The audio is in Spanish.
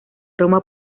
roma